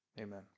amen